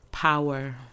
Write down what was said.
power